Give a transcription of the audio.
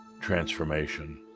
transformation